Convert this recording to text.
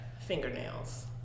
Fingernails